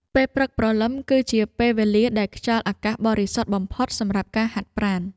ពេលព្រឹកព្រលឹមគឺជាពេលវេលាដែលខ្យល់អាកាសបរិសុទ្ធបំផុតសម្រាប់ការហាត់ប្រាណ។